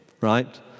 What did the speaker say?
right